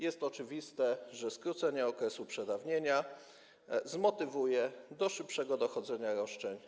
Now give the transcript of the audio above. Jest oczywiste, że skrócenie okresu przedawnienia zmotywuje do szybszego dochodzenia roszczeń.